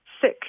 sick